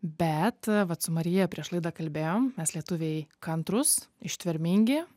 bet vat su marija prieš laidą kalbėjom mes lietuviai kantrūs ištvermingi